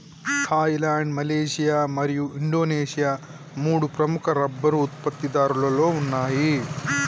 Thailand, Malaysia మరియు Indonesia మూడు ప్రముఖ రబ్బరు ఉత్పత్తిదారులలో ఉన్నాయి